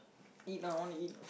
eat lah I want to eat